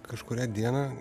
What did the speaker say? kažkurią dieną